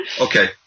Okay